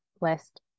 list